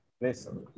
listen